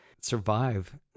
survive